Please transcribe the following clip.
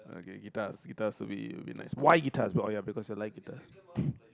guitars guitars will be will be nice why guitars oh ya because you like guitars